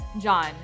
John